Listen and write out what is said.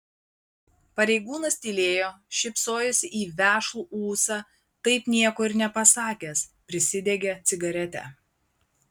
pareigūnas tylėjo šypsojosi į vešlų ūsą taip nieko ir nepasakęs prisidegė cigaretę